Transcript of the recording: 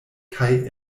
kaj